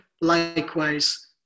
likewise